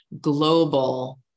global